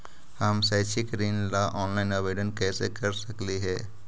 हम शैक्षिक ऋण ला ऑनलाइन आवेदन कैसे कर सकली हे?